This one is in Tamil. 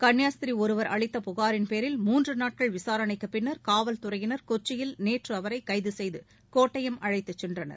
கன்னியாஸ்திரி ஒருவர் அளித்த புகாரின்பேரில் மூன்று நாட்கள் விசாரணைக்குப் பின்னர் காவல்துறையினர் கொச்சியில் நேற்று அவரை கைது செய்து கோட்டயம் அழைத்துச் சென்றனர்